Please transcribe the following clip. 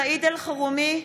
(קוראת בשמות חברי הכנסת) סעיד אלחרומי,